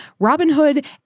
Robinhood